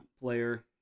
player